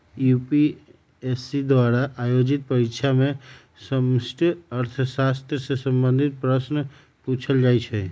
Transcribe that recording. UPSC द्वारा आयोजित परीक्षा में समष्टि अर्थशास्त्र से संबंधित प्रश्न पूछल जाइ छै